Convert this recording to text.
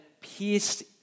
pierced